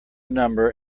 number